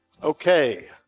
Okay